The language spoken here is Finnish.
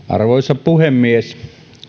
arvoisa puhemies